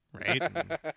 Right